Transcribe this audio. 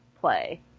play